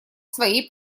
своей